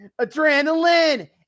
adrenaline